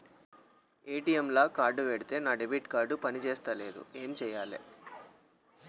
ATM లా card పెడితే నా డెబిట్ కార్డ్ పని చేస్తలేదు ఏం చేయాలే?